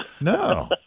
No